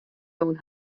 jûn